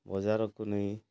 ବଜାରକୁ ନେଇ